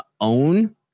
own